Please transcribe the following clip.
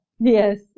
Yes